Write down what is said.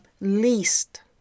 least